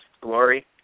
glory